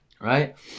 right